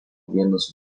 vienas